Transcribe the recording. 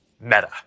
Meta